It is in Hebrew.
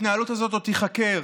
ההתנהלות הזאת עוד תיחקר.